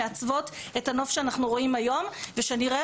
מעצבות את הנוף שאנחנו רואים היום ושנראה